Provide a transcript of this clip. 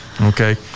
Okay